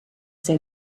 say